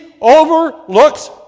overlooks